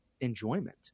enjoyment